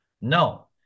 No